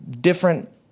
different